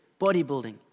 bodybuilding